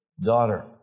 daughter